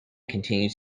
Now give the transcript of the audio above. continues